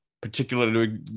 particularly